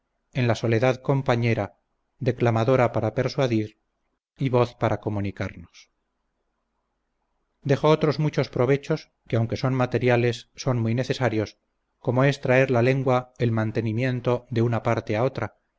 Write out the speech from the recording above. en la soledad compañera declamadora para persuadir y voz para comunicarnos dejo otros muchos provechos que aunque son materiales son muy necesarios como es traer la lengua el mantenimiento de una parte a otra